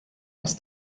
das